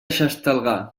xestalgar